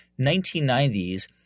1990s